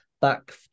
Back